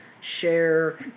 share